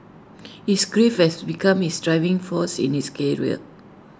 his grief has become his driving force in his career